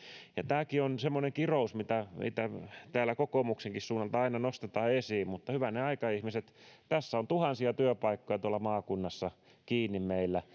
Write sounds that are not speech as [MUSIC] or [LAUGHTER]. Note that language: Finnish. tämäkin on semmoinen kirous mitä täällä kokoomuksenkin suunnalta aina nostetaan esiin mutta hyvänen aika ihmiset tässä on tuhansia työpaikkoja tuolla maakunnassa kiinni meillä [UNINTELLIGIBLE]